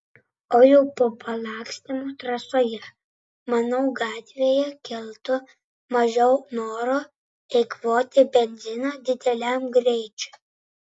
o jau po palakstymo trasoje manau gatvėje kiltų mažiau noro eikvoti benziną dideliam greičiui